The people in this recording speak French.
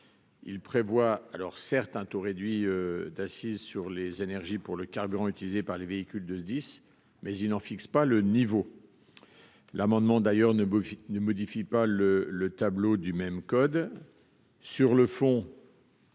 Il prévoit, certes, un taux réduit d'accise sur les énergies pour le carburant utilisé par les véhicules des SDIS, mais il n'en fixe pas le niveau. Par ailleurs, cet amendement ne tend pas à modifier le tableau du même code.